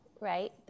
right